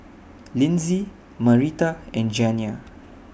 Linzy Marita and Janiah